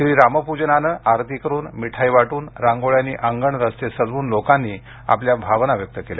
श्रीराम पूजनानं आरती करून मिठाई वाटून रांगोळ्यांनी अंगण रस्ते सजवून लोकांनी आपल्या भावना व्यक्त केल्या